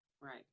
Right